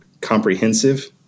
comprehensive